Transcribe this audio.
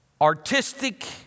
artistic